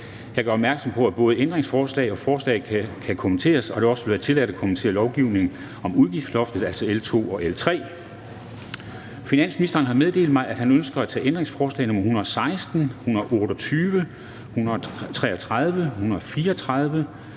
Jeg gør opmærksom på, at både ændringsforslag og forslag kan kommenteres, og at det også vil være tilladt at kommentere lovgivningen om udgiftsloftet, altså L 2 og L 3. Ind på Finansministeren har meddelt mig, at han ønsker at tage ændringsforslag nr. 116, 128, 133, 134,